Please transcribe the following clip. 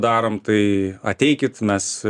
darom tai ateikit mes